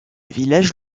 village